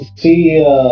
see